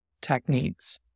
techniques